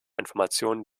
informationen